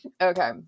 okay